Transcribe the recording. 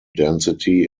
density